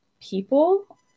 people